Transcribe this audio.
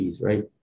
right